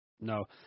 No